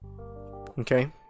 Okay